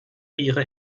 ihre